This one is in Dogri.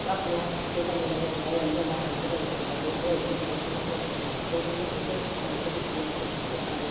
अपने हत्थ सिद्धे करने कन्नै कुसै होर गी बी बंदा हैल्प करी सकदा कोई होर बी हैल्प करी सकदा ऐ खुद में खुद हैल्प कीती ऐ कन्नै बच्चे पाल्ले